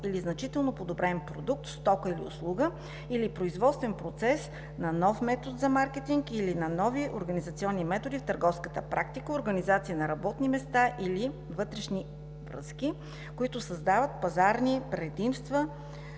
или значително подобрен продукт, стока или услуга, или производствен процес на нов метод за маркетинг, или на нови организационни методи в търговската практика, организация на работни места или вътрешни връзки, които създават пазарни предимства